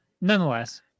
nonetheless